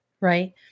right